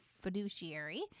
fiduciary